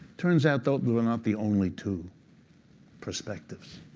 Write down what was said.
turns out, those were not the only two perspectives.